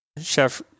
Chef